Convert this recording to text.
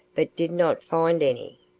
but did not find any.